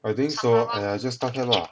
I think so !aiya! just 搭 cab ah